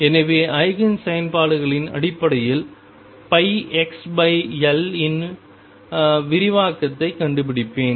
எனவே ஐகேன் செயல்பாடுகளின் அடிப்படையில்πxL இன் விரிவாக்கத்தைக் கண்டுபிடிப்பேன்